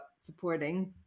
supporting